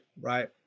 right